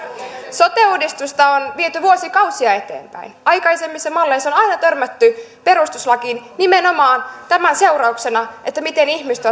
sote uudistusta on viety vuosikausia eteenpäin aikaisemmissa malleissa on aina törmätty perustuslakiin nimenomaan tämän seurauksena miten ihmiset